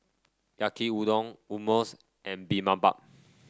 Yaki Udon Hummus and Bibimbap